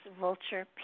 Vulture